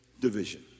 division